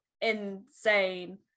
insane